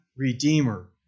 Redeemer